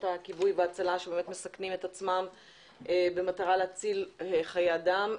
הכיבוי וההצלה שמסכנים את עצמם במטרה להציל חיי אדם.